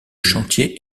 chantier